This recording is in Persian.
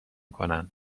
کنند